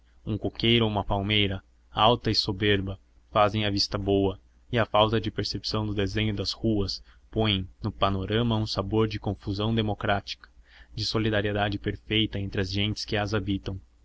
um coqueiro ou uma palmeira alta e soberba fazem a vista boa e a falta de percepção do desenho das ruas põe no programa um sabor de confusão democrática de solidariedade perfeita entre as gentes que as habitavam